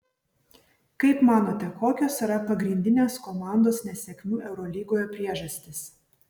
kaip manote kokios yra pagrindinės komandos nesėkmių eurolygoje priežastys